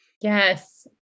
Yes